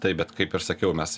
taip bet kaip ir sakiau mes